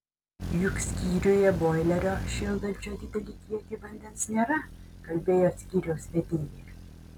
juk skyriuje boilerio šildančio didelį kiekį vandens nėra kalbėjo skyriaus vedėja